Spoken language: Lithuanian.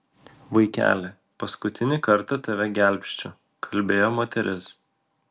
vaikeli paskutinį kartą tave gelbsčiu kalbėjo moteris